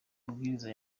amabwiriza